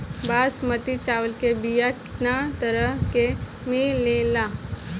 बासमती चावल के बीया केतना तरह के मिलेला?